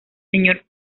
señor